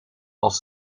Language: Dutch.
als